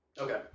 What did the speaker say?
Okay